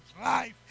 life